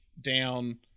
down